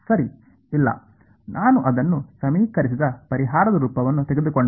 ಸರಿ ಇಲ್ಲ ನಾನು ಅದನ್ನು ಸಮೀಕರಿಸಿದ ಪರಿಹಾರದ ರೂಪವನ್ನು ತೆಗೆದುಕೊಂಡೆ